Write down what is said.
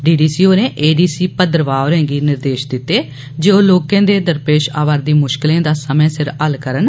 D D C होरें A D C Bhadarwah होरें गी निर्देष दित्ते जे ओह लोकें दे दरपेष अवार दी मुष्कलें दा समें सिर हल करन